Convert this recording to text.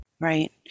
Right